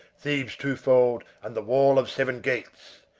thebes twofold and the wall of seven gates.